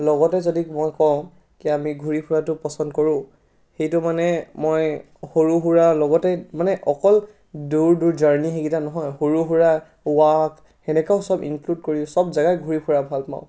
লগতে যদি মই কওঁ কি আমি ঘূৰি ফুৰাটো পচন্দ কৰোঁ সেইটো মানে মই সৰু সুৰা লগতে মানে অকল দূৰ দূৰ জাৰ্ণী সেইকেইটা নহয় সৰু সুৰা ৱাক তেনেকেও সব ইনক্লুড কৰি সব জাগা ঘূৰি ফুৰা ভাল পাওঁ